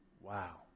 Wow